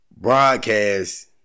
broadcast